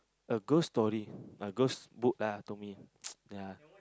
a ghost story a ghost book lah to me ya